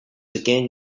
again